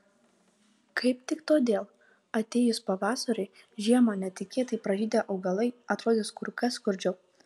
kaip tik todėl atėjus pavasariui žiemą netikėtai pražydę augalai atrodys kur kas skurdžiau